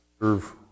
serve